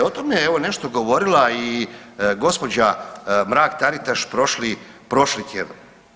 O tome je evo nešto govorila i gospođa Mrak Taritaš prošli, prošli tjedan.